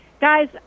Guys